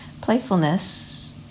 Playfulness